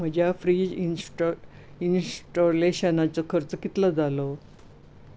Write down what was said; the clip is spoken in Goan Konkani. म्हज्या फ्रीज इन्स्टॉ इन्स्टाॅलेशनाचो खर्च कितलो जालो